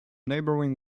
neighbouring